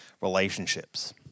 relationships